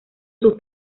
sus